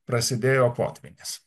prasidėjo potvynis